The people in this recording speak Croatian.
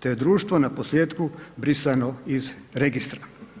te je društvo naposljetku brisano iz registra.